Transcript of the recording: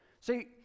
See